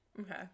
Okay